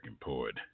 poet